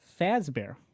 Fazbear